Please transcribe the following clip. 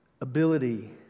Ability